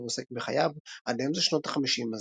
הספר עוסק בחייו עד לאמצע שנות החמישים,